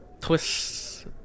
Twists